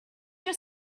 your